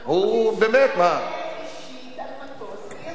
הוא באמת, מה, שיעלה אישית על מטוס ויתקיף.